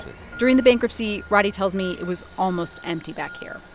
during the bankruptcy, roddey tells me it was almost empty back here.